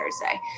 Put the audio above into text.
Thursday